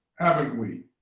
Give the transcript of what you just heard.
haven't we,